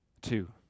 Two